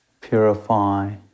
purify